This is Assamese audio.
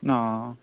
অঁ